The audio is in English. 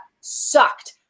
sucked